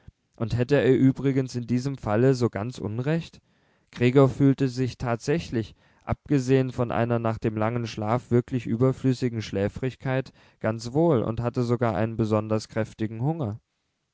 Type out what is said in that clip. und hätte er übrigens in diesem falle so ganz unrecht gregor fühlte sich tatsächlich abgesehen von einer nach dem langen schlaf wirklich überflüssigen schläfrigkeit ganz wohl und hatte sogar einen besonders kräftigen hunger